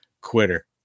quitter